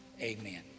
Amen